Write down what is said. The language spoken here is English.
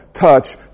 touch